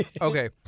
okay